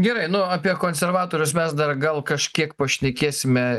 gerai nu apie konservatorius mes dar gal kažkiek pašnekėsime